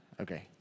Okay